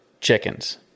chickens